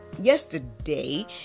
yesterday